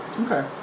Okay